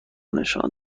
نشان